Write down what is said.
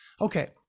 okay